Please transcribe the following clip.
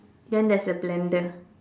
then there's a blender